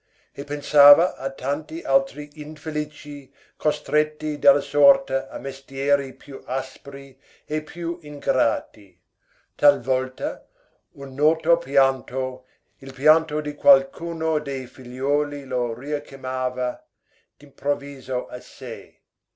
e pensava a tanti altri infelici costretti dalla sorte a mestieri più aspri e più ingrati talvolta un noto pianto il pianto di qualcuno dei figliuoli lo richiamava d'improvviso a sé